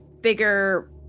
bigger